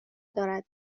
دارد